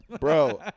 Bro